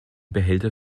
behälter